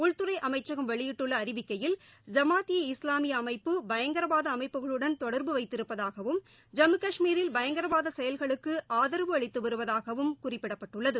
உள்துறை அமைச்சகம் வெளியிட்டுள்ள அறிவிக்கையில் ஐமாத் ஈ இஸ்வாமிய அமைப்பு பயங்கரவாத அமைப்புகளுடன் தொடர்பு வைத்திருப்பதாகவும் ஜம்மு காஷ்மீரில் பயங்கரவாத செயல்களுக்கு ஆதரவு அளித்து வருவதாகவும் குறிப்பிடப்பட்டுள்ளது